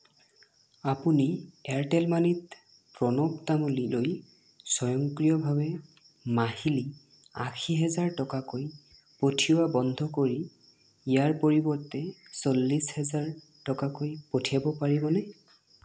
আপুনি এয়াৰটেল মানিত প্ৰণৱ তামুলীলৈ স্বয়ংক্ৰিয়ভাৱে মাহিলী আশী হাজাৰ টকাকৈ পঠিওৱা বন্ধ কৰি ইয়াৰ পৰিৱৰ্তে চল্লিছ হাজাৰ টকাকৈ পঠিয়াব পাৰিবনে